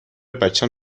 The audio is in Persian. بچم